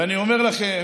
ואני אומר לכם